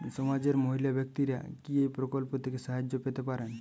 সমাজের মহিলা ব্যাক্তিরা কি এই প্রকল্প থেকে সাহায্য পেতে পারেন?